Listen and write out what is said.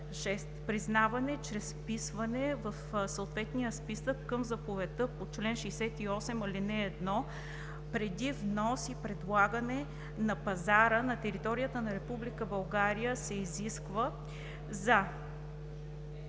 Признаване чрез вписване в съответния списък към заповедта по чл. 68, ал. 1 преди внос и предлагане на пазара на територията на Република България се изисква за: